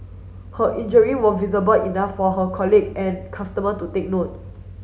her injury were visible enough for her colleague and customer to take